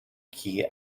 key